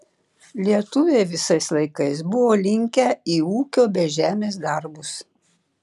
lietuviai visais laikais buvo linkę į ūkio bei žemės darbus